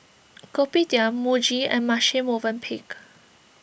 Kopitiam Muji and Marche Movenpick